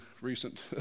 recent